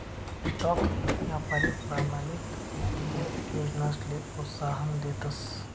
stock यापारी प्रमाणित ईत्तीय योजनासले प्रोत्साहन देतस